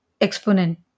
Exponent